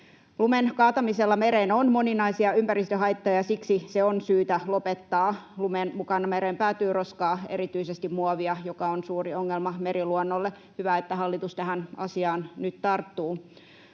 Lumen kaatamisella mereen on moninaisia ympäristöhaittoja, ja siksi se on syytä lopettaa. Lumen mukana mereen päätyyn roskaa, erityisesti muovia, joka on suuri ongelma meriluonnolle. Hyvä, että hallitus tähän asiaan nyt tarttuu.